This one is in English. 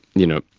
you know,